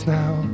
now